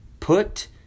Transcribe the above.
put